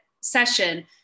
session